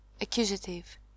Accusative